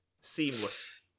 seamless